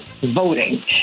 voting